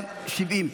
66,